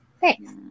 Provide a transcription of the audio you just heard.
Thanks